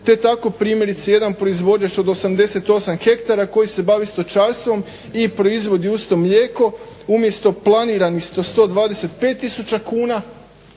te tako primjerice jedan proizvođač od 88 ha koji se bavi stočarstvom i proizvodi uz to mlijeko umjesto planiranih 125 tisuća